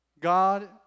God